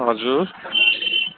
हजुर